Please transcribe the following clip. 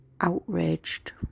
outraged